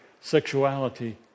sexuality